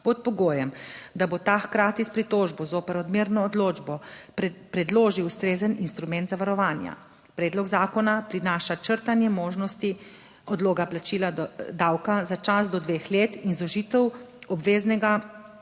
pod pogojem, da bo ta hkrati s pritožbo zoper odmerno odločbo predložil ustrezen instrument zavarovanja. Predlog zakona prinaša črtanje možnosti odloga plačila davka za čas do dveh let in zožitev obveznega